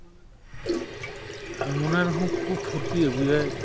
ᱢᱚᱱᱮ ᱨᱮᱦᱚᱸ ᱠᱷᱩᱵ ᱯᱷᱩᱨᱛᱤ ᱟᱜᱩᱭᱟᱭ